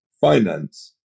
finance